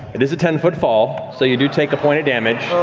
it is a ten foot fall, so you do take a point of damage.